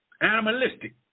Animalistic